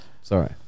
Sorry